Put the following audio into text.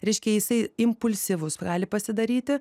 reiškia jisai impulsyvus gali pasidaryti